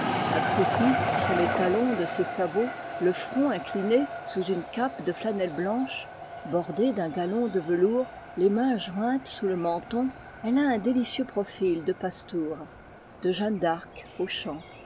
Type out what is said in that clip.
accroupie sur les talons de ses sabots le front incliné sous une cape de flanelle blanche bordée d'un galon de velours les mains jointes sous le menton elle a un délicieux profil de pastoure de jeanne d'arc aux champs